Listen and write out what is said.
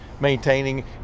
maintaining